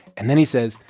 and then he says,